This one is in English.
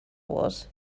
was